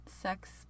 sex